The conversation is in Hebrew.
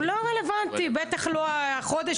הוא לא רלוונטי, בטח לא החודש ולא החודשיים.